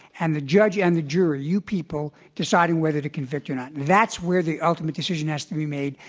and the judge and the jury, you people, deciding whether to convict or not. that's where the ultimate decision has to be made,